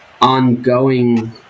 ongoing